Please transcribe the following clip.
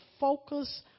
focus